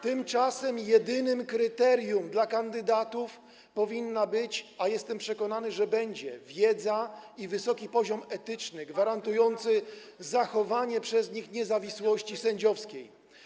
Tymczasem jedynymi kryteriami dla kandydatów powinny być, a jestem przekonany, że będą, wiedza i wysoki poziom etyczny, gwarantujący zachowanie przez nich niezawisłości sędziowskiej.